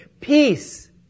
Peace